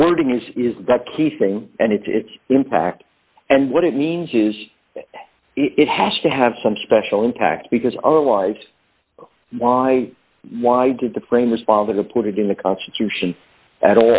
the wording is is the key thing and its impact and what it means is it has to have some special impact because otherwise why why did the frame responded to put it in the constitution at